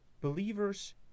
believers